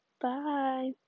Bye